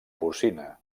porcina